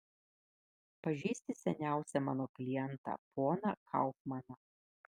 pažįsti seniausią mano klientą poną kaufmaną